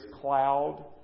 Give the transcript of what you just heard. cloud